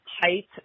height